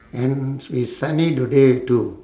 and s~ it's sunny today too